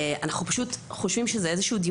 אנחנו פשוט חושבים שזה איזה שהוא דיון